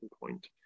point